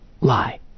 lie